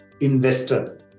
investor